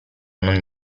non